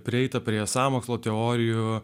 prieita prie sąmokslo teorijų